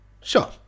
Sure